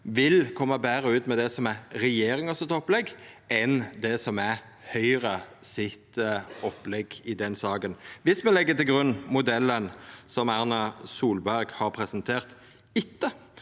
vil koma betre ut med det som er regjeringa sitt opplegg, enn det som er Høgre sitt opplegg i den saka – viss me legg til grunn modellen Erna Solberg har presentert